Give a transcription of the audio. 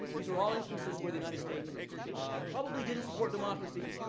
these are all instances where the united states probably didn't support democracy.